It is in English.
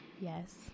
yes